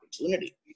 opportunity